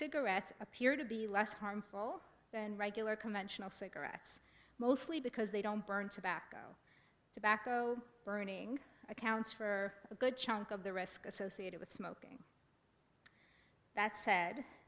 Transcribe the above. cigarettes appear to be less harmful than regular conventional cigarettes mostly because they don't burn tobacco tobacco burning accounts for a good chunk of the risk associated with smoking that sa